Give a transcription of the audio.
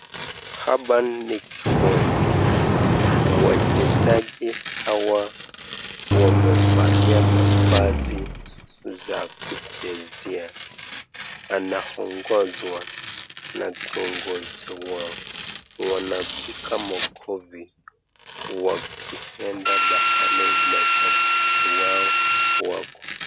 Hapa ni kiwanja, wachezaji hawa wamevalia mavazi ya kuchezea, wanaongozwa na kiongozi wao, wanapiga makofi wakienda pahali mashabiki wao wako.